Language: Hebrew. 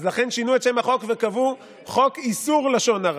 אז לכן שינו את שם החוק וקבעו: חוק איסור לשון הרע.